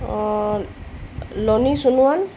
লনী Sonowal